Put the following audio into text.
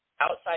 outside